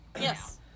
Yes